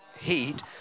heat